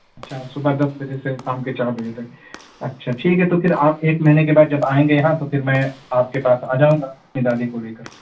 اچھا صبح دس بجے سے شام کے چار بجے تک اچھا ٹھیک ہے تو پھر آپ ایک مہینے کے بعد جب آئیں گے یہاں تو پھر میں آپ کے پاس آ جاؤں گا اپنی دادی کو لے کر